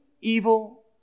evil